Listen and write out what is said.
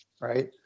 right